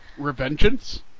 Revengeance